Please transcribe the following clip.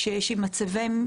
שיש עם מצבים,